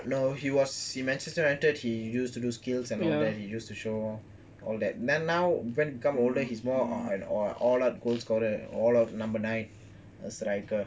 after that no he was in manchester united he used to do skills and all that he used to show all that then now when he become older he is more all out goalscorer all out number nine a striker